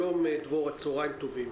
שלום, דבורה, צוהריים טובים.